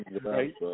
right